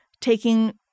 taking